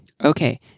Okay